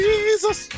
Jesus